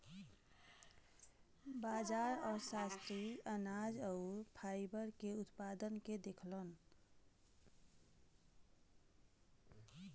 बाजार अर्थशास्त्री अनाज आउर फाइबर के उत्पादन के देखलन